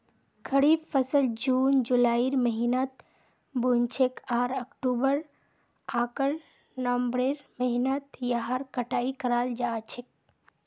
खरीफ फसल जून जुलाइर महीनात बु न छेक आर अक्टूबर आकर नवंबरेर महीनात यहार कटाई कराल जा छेक